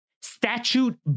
Statute